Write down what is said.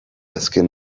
azken